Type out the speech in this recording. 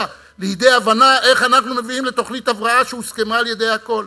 לידי הבנה איך אנחנו מביאים לתוכנית הבראה שהוסכמה על-ידי הכול.